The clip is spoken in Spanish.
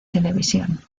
televisión